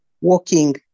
walking